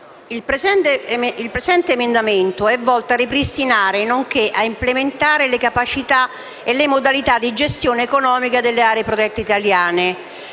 Presidente, l’emendamento 5.138 è volto a ripristinare e implementare le capacità e le modalità di gestione economica delle aree protette italiane.